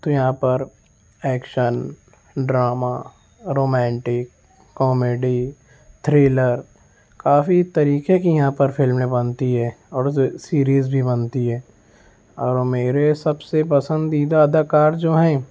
تو یہاں پر action drama romantic comedy thriller کافی طریقے کی یہاں پر فلمیں بنتی ہے اور سیریز بھی بنتی ہے اور میرے سب سے پسندیدہ اداکار جو ہیں